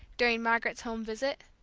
during margaret's home visit.